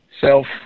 Self